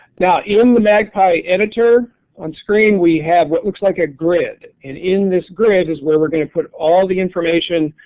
yeah in the magpie editor on screen we have what looks like a grid. in in this grid is where we're going to put all the information